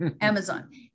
Amazon